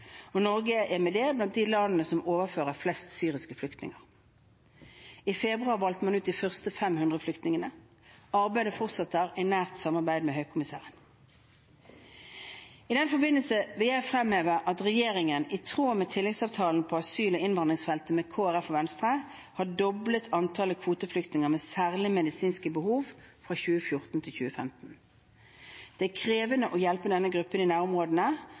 og Norge er med det blant de landene som overfører flest syriske flyktninger. I februar valgte man ut de første 500 flyktningene. Arbeidet fortsetter i nært samarbeid med Høykommissæren. I den forbindelse vil jeg fremheve at regjeringen, i tråd med tilleggsavtalen på asyl- og innvandringsfeltet med Kristelig Folkeparti og Venstre, har doblet antallet kvoteflyktninger med særlige medisinske behov fra 2014 til 2015. Det er krevende å hjelpe denne gruppen i nærområdene,